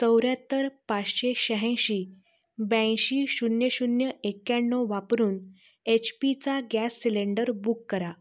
चौऱ्याहत्तर पाचशे शहाऐंशी ब्याऐंशी शून्य शून्य एक्याण्णव वापरून एच पीचा गॅस सिलेंडर बुक करा